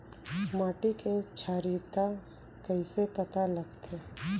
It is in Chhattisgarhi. माटी के क्षारीयता कइसे पता लगथे?